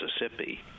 Mississippi